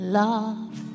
love